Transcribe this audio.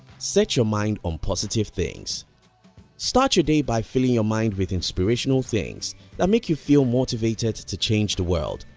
set your mind on positive things start your day by filling your mind with inspirational things that make you feel motivated to change the world,